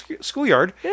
schoolyard